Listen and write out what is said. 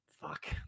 Fuck